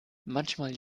manchmal